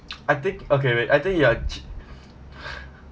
I think okay wait I think ya chi~